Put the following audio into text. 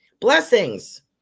blessings